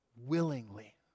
Willingly